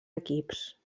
equips